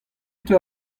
teu